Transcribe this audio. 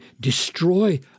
destroy